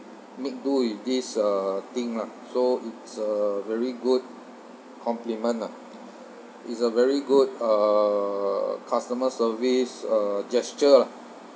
make do with this uh thing lah so it's a very good compliment ah it's a very good uh customer service uh gesture lah